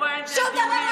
השבוע אין דיונים.